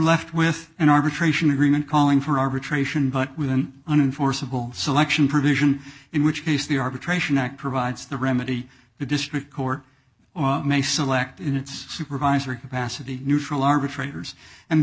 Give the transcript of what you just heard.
left with an arbitration agreement calling for arbitration but with an unenforceable selection provision in which case the arbitration act provides the remedy the district court may select in its supervisory capacity neutral arbitrators and